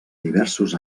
diversos